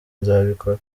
nzabikora